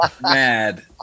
mad